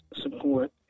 support